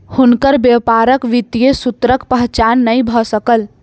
हुनकर व्यापारक वित्तीय सूत्रक पहचान नै भ सकल